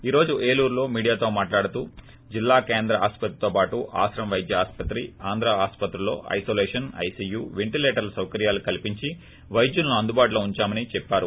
ఈ రోజు ఏలూరులో మీడియాతో మాట్లాడుతూ జిల్లా కేంద్ర ఆస్పత్రితో పాటు ఆశ్రం వైద్య ఆస్పత్రి ఆంధ్రా ఆస్పత్రుల్లో ఐనోలేషన్ ఐసీయూ పెంటిలేటర్ల సౌకర్యలు కల్పించి వైద్యులను అందుబాటులో ఉందామని చెప్పారు